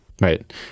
Right